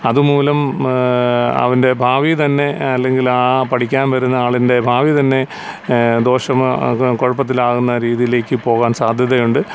അതുമൂലം അതിൻ്റെ ഭാവി തന്നെ അല്ലെങ്കിലാണ് പഠിക്കാൻ വരുന്ന ആളിൻ്റെ ഭാവി തന്നെ ദോഷം അ അത് കുഴപ്പത്തിലാകുന്ന രീതിയിലേക്കു പോകാൻ സാദ്ധ്യതയുണ്ട്